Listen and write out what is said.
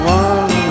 one